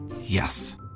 yes